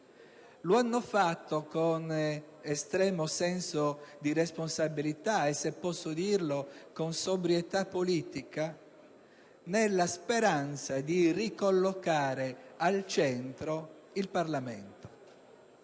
lo hanno fatto con estremo senso di responsabilità e, se posso dirlo, con sobrietà politica, nella speranza di ricollocare al centro il Parlamento.